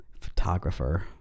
photographer